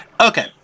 Okay